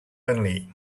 only